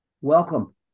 Welcome